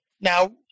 Now